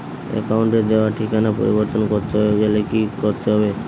অ্যাকাউন্টে দেওয়া ঠিকানা পরিবর্তন করতে গেলে কি করতে হবে?